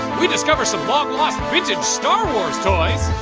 we discover some lost vintage star wars toys!